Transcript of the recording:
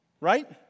Right